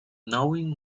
knowing